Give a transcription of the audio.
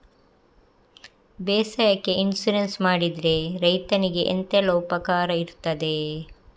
ಬೇಸಾಯಕ್ಕೆ ಇನ್ಸೂರೆನ್ಸ್ ಮಾಡಿದ್ರೆ ರೈತನಿಗೆ ಎಂತೆಲ್ಲ ಉಪಕಾರ ಇರ್ತದೆ?